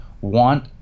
want